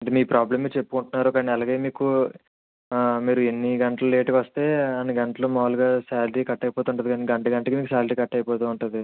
అంటే మీ ప్రాబ్లం మీరు చెప్పుకుంటున్నారు కానీ అలాగే మీకు మీరు ఎన్ని గంటలు లేటుగా వస్తే అన్ని గంటలు మామూలుగా సాలరీ కట్ అయిపోతూ ఉంటుంది కాని గంట గంటకి మీ సాలరీ కట్ అయిపోతూ ఉంటుంది